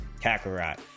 kakarot